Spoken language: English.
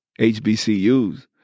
HBCUs